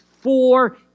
four